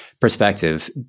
perspective